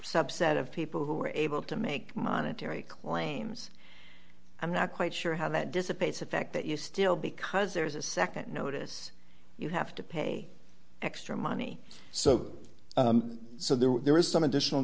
subset of people who were able to make monetary claims i'm not quite sure how that dissipates the fact that you still because there's a nd notice you have to pay extra money so so that there is some additional